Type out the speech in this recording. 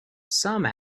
some